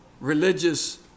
religious